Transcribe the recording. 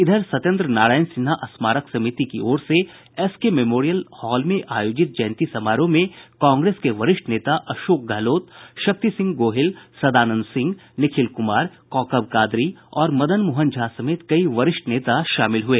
इधर सत्येन्द्र नारायण सिन्हा स्मारक समिति की ओर से एसके मेमोरियल हॉल में आयोजित जयंती समारोह में कांग्रेस के वरिष्ठ नेता अशोक गहलोत शक्ति सिंह गोहिल सदानंद सिंह निखिल कुमार कौकब कादरी और मदन मोहन झा समेत कई वरिष्ठ नेता शामिल हुए